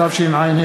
התשע"ה 2014,